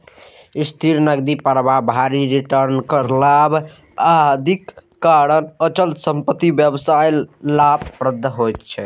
स्थिर नकदी प्रवाह, भारी रिटर्न, कर लाभ, आदिक कारण अचल संपत्ति व्यवसाय लाभप्रद छै